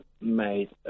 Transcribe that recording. made